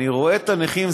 אני רואה את הנכים,